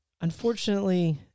unfortunately